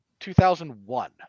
2001